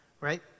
right